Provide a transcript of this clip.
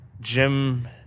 Jim